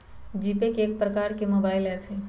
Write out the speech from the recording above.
GPay एक प्रकार के मोबाइल ऐप हइ